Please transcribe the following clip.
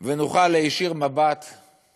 ונוכל להישיר מבט, כולנו,